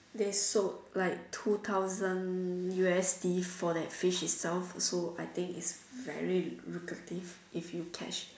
they sold like two thousand U_S_D for that fish itself also I think it's very lucrative if you catch